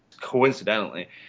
coincidentally